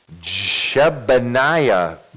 Shebaniah